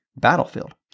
battlefield